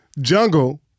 jungle